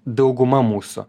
dauguma mūsų